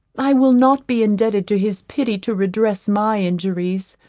i will not be indebted to his pity to redress my injuries,